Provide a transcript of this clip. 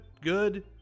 Good